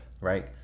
right